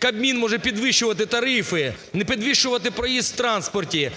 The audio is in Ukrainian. Кабмін може підвищувати тарифи, підвищувати проїзд в транспорті,